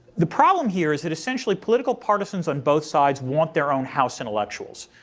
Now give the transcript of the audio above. the problem here is that essentially political partisans on both sides want their own house intellectuals.